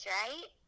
right